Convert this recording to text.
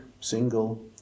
single